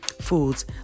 foods